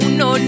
no